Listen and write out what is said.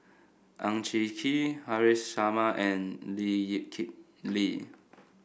Ang Hin Kee Haresh Sharma and Lee Kip Lee